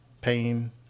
pain